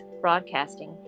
broadcasting